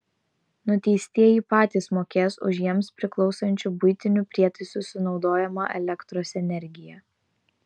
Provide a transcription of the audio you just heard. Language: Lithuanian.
nuteistieji patys mokės už jiems priklausančių buitinių prietaisų sunaudojamą elektros energiją